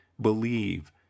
believe